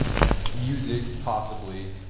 yeah music possibly.